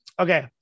Okay